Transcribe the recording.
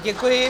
Děkuji.